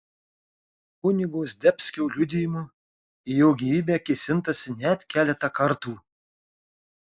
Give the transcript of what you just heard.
kunigo zdebskio liudijimu į jo gyvybę kėsintasi net keletą kartų